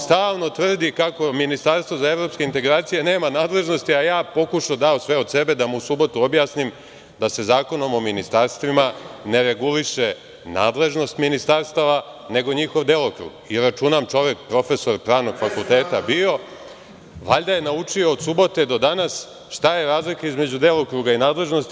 Stalno tvrdi kako ministarstvo za evropske integracije nema nadležnosti, a ja sam pokušao, dao sam sve od sebe da mu u subotu objasnim da se Zakonom o ministarstvima ne reguliše nadležnost ministarstava, nego njihov delokruga i računam, čovek, profesor Pravnog fakulteta bio, valjda je naučio od subote do danas šta je razlika između delokruga i nadležnosti.